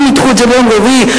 הם ידחו את זה ליום רביעי,